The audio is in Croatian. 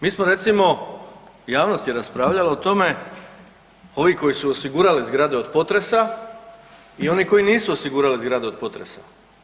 Mi smo recimo, javnost je raspravljala o tome ovi koji su osigurali zgrade od potresa i oni koji nisu osigurali zgrade od potresa.